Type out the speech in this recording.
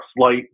slight